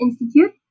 Institute